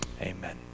Amen